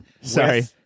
Sorry